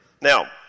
Now